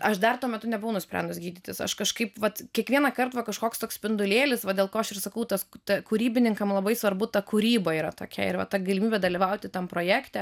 aš dar tuo metu nebuvau nusprendus gydytis aš kažkaip vat kiekvienąkart va kažkoks toks spindulėlis va dėl ko aš ir sakau tas ta kūrybininkam labai svarbu ta kūryba yra tokia ir va ta galimybė dalyvauti tam projekte